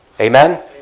amen